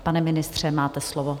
Pane ministře, máte slovo.